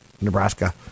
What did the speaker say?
Nebraska